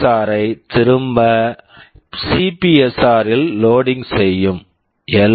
R SPSR ஐ திரும்ப CPSR CPSR ல் loading loading செய்யும் எல்